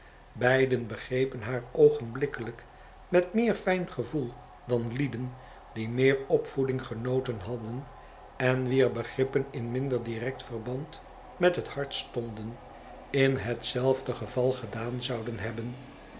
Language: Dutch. beiden begrepen haar oogenblikkelijk met meer fijn gevoel dan lieden die meer opvoeding genoten hadden en wier begrippen in minder direct verband met het hart stonden in hetzelfde geval gedaan zouden hebben